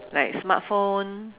like smartphone